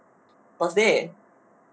thursday